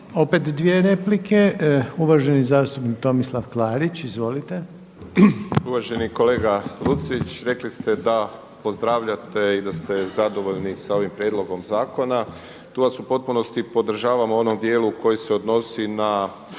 opet dvije replike. Uvaženi zastupnik Tomislav Klarić. **Klarić, Tomislav (HDZ)** Uvaženi kolega Lucić. Rekli ste da pozdravljate i da ste zadovoljni sa ovim prijedlogom zakona. Tu vas u potpunosti podržavam u onom dijelu koji se odnosi na